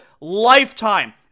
lifetime